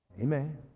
Amen